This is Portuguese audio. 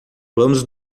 vamos